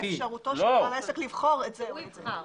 אפשרות של בעל העסק לבחור את זה או את זה.